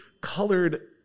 colored